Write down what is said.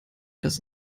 das